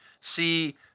see